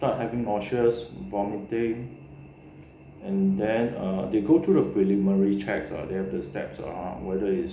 start having nauseous vomiting and then err they go through the preliminary checks ah they have the steps lah ah whether is